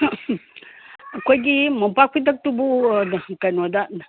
ꯑꯩꯈꯣꯏꯒꯤ ꯃꯣꯝꯄꯥꯛ ꯐꯤꯗꯛꯇꯨꯕꯨ ꯀꯩꯅꯣꯗ